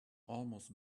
almost